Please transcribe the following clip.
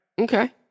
Okay